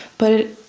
but